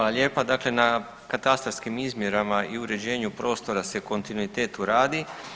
Hvala lijepa, dakle na katastarskim izmjerama i uređenju prostora se u kontinuitetu radi.